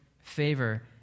favor